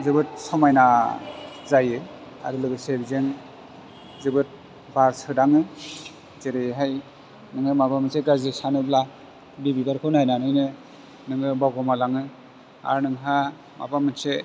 जोबोद समायना जायो आरो लोगोसे बिजों जोबोद बार सोदाङो जेरैहाइ नोङो माबा मोनसे गाज्रि सानोब्ला बि बिबारखौ नायनानैनो नोङो बावगोमा लाङो आरो नोंहा माबा मोनसे